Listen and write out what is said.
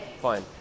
Fine